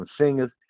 singers